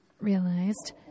realized